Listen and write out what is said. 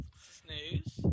Snooze